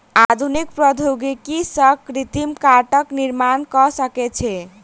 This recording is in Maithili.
आधुनिक प्रौद्योगिकी सॅ कृत्रिम काठक निर्माण भ सकै छै